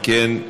אם כן,